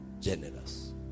generous